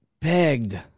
begged